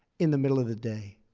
in the middle of the day.